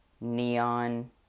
neon